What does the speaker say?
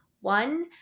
one